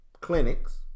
clinics